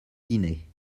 dîner